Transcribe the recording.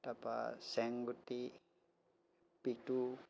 তাৰ পৰা চেংগুটি পিটু